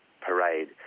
parade